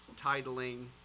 titling